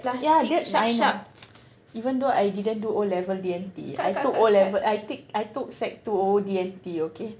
ya that I know even though I didn't do O level D_N_T I took O level I take I took sec two O D_N_T okay